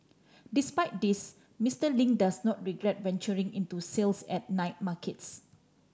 despite this Mister Ling does not regret venturing into sales at night markets